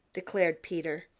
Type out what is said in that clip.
declared peter.